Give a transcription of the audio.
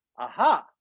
aha